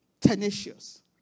Tenacious